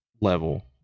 level